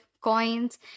coins